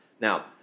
Now